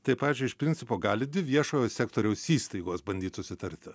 tai pavyzdžiui iš principo gali viešojo sektoriaus įstaigos bandyt susitarti